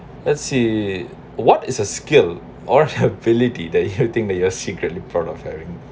let's see what is a skill or ability that you think that you are secretly proud of having